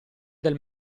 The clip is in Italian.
del